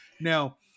Now